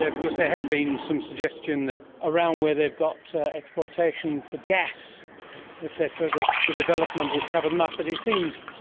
and because there had been some suggestion that around where they've got exploitation for gas et cetera that the development would cover them up, but it seems,